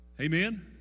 Amen